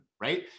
right